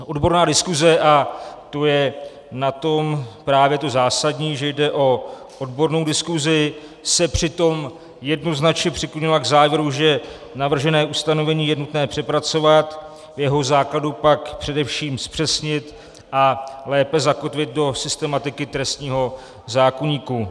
Odborná diskuze a to je na tom právě to zásadní, že jde o odbornou diskuzi se přitom jednoznačně přiklonila k závěru, že navržené ustanovení je nutné přepracovat, v jeho základu pak především zpřesnit a lépe zakotvit do systematiky trestního zákoníku.